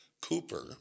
Cooper